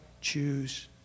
choose